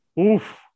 Oof